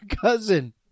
cousin